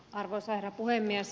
arvoisa herra puhemies